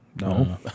No